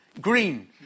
green